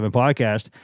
podcast